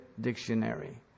dictionary